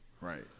right